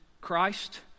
Christ